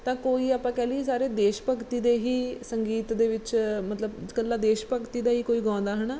ਤਾਂ ਕੋਈ ਆਪਾਂ ਕਹਿ ਲਈਏ ਸਾਰੇ ਦੇਸ਼ ਭਗਤੀ ਦੇ ਹੀ ਸੰਗੀਤ ਦੇ ਵਿੱਚ ਮਤਲਬ ਇਕੱਲਾ ਦੇਸ਼ ਭਗਤੀ ਦਾ ਹੀ ਕੋਈ ਗਾਉਂਦਾ ਹੈ ਨਾ